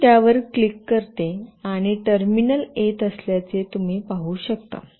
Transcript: मी त्यावर क्लिक करते आणि टर्मिनल येत असल्याचे तुम्ही पाहू शकता